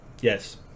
Yes